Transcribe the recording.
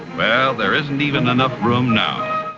well, there isn't even enough room now.